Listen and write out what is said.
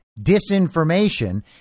disinformation